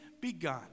begun